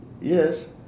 yes